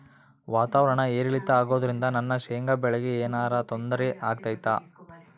ವಾತಾವರಣ ಏರಿಳಿತ ಅಗೋದ್ರಿಂದ ನನ್ನ ಶೇಂಗಾ ಬೆಳೆಗೆ ಏನರ ತೊಂದ್ರೆ ಆಗ್ತೈತಾ?